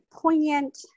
poignant